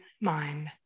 mind